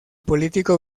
político